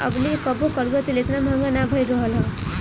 अबले कबो कड़ुआ तेल एतना महंग ना भईल रहल हअ